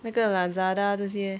那个 Lazada 这些